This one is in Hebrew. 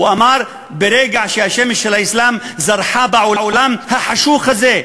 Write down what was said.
ברגע שהשמש של האסלאם זרחה בעולם החשוך הזה,